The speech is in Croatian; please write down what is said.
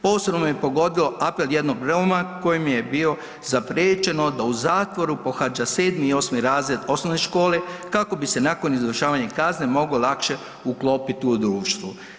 Posebno me pogodio apel jednog Roma kojem je bilo zapriječeno da u zatvoru pohađa 7. i 8. razred osnovne škole kako bi se nakon izvršavanja kazne mogao lakše uklopiti u društvo.